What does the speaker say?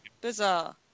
Bizarre